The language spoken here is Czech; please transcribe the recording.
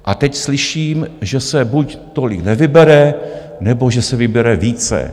A teď slyším, že se buď tolik nevybere, nebo že se vybere více.